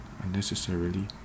unnecessarily